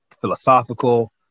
philosophical